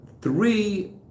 three